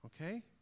Okay